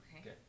Okay